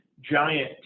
giant